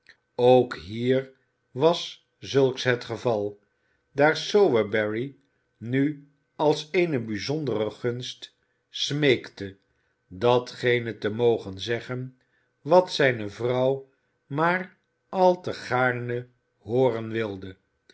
ook hier was zulks het geval daar sowerberry nu als eene bijzondere gunst smeekte datgene te mogen zeggen wat zijne vrouw maar al te gaarne hooren wilde